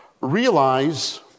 Realize